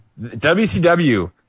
WCW